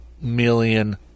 million